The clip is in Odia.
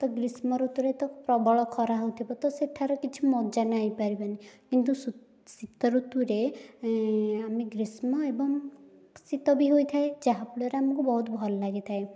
ତ ଗ୍ରୀଷ୍ମ ଋତୁରେ ତ ପ୍ରବଳ ଖରା ହେଉଥିବ ତ ସେଠାର କିଛି ମଜା ନେଇପାରିବନି କିନ୍ତୁ ସୁ ଶୀତ ଋତୁରେ ଆମେ ଗ୍ରୀଷ୍ମ ଏବଂ ଶୀତ ବି ହୋଇଥାଏ ଯାହା ଫଳରେ ଆମକୁ ବହୁତ ଭଲ ଲାଗିଥାଏ